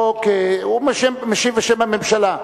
הוא משיב בשם הממשלה,